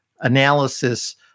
analysis